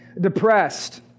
Depressed